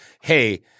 hey –